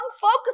focus